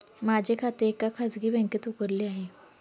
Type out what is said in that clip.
माझे खाते एका खाजगी बँकेत उघडले आहे